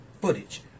footage